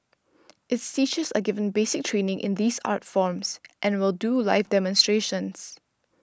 its teachers are given basic training in these art forms and will do live demonstrations